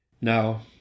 now